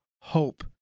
hope